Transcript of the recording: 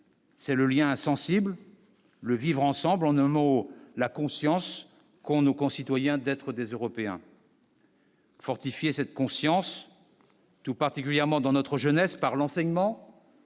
C'est le lien insensible le vivre-ensemble en un mot la conscience qu'ont nos concitoyens d'être des Européens. Fortifier cette conscience, tout particulièrement dans notre jeunesse par l'enseignement.